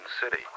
City